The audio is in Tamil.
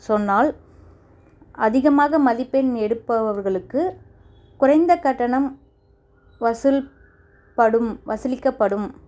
சொன்னால் அதிகமாக மதிப்பெண் எடுப்பவர்களுக்கு குறைந்தக்கட்டணம் வசூல் படும் வசூலிக்கப்படும்